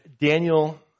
Daniel